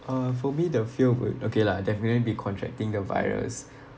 uh for me the fear would okay lah definitely be contracting the virus